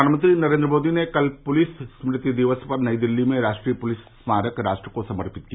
प्रधानमंत्री नरेन्द्र मोदी ने कल पुलिस स्मृति दिवस पर नई दिल्ली में राष्ट्रीय पुलिस स्मारक राष्ट्र को समर्पित किया